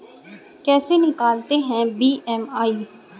कैसे निकालते हैं बी.एम.आई?